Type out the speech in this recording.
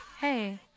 hey